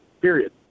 period